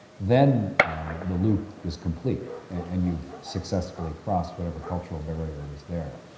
then the loop is complete and you've successfully crossed whatever cultural barrier was there.